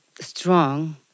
strong